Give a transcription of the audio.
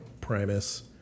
Primus